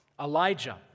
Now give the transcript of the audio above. Elijah